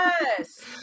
Yes